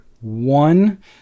one